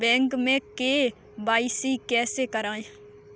Bank में KYC कैसे करायें?